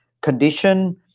condition